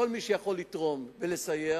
כל מי שיכול לתרום ולסייע,